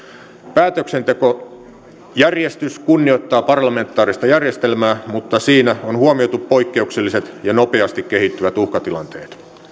päätöksentekojärjestys kunnioittaa parlamentaarista järjestelmää mutta siinä on huomioitu poikkeukselliset ja nopeasti kehittyvät uhkatilanteet